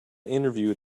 interview